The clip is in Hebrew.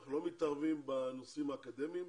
אנחנו לא מתערבים בנושאים האקדמיים,